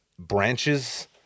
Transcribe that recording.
branches